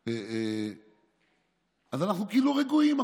אז אנחנו רגועים,